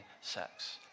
sex